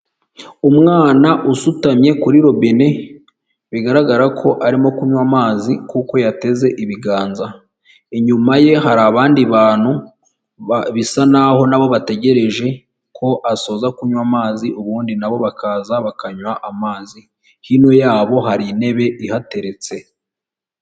Umwana usutamye kuri robine bigaragara ko arimo kunywa amazi, kuko yateze ibiganza, inyuma ye hari abandi bantu bisa naho nabo bategereje ko asoza kunywa amazi, ubundi nabo bakaza bakanywa amazi hino yabo hari intebe ihateretse.